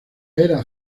era